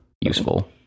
useful